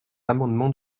amendement